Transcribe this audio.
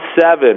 seven